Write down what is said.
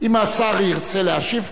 אם השר ירצה להשיב,